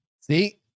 See